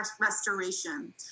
restoration